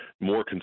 more